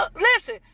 Listen